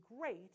great